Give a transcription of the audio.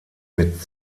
mit